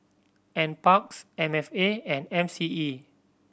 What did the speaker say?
Nparks M F A and M C E